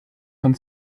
von